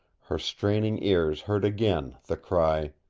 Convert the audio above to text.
her straining ears heard again the cry,